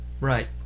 Right